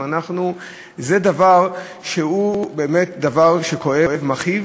וזה דבר שהוא באמת כואב ומכאיב.